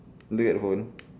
look at the phone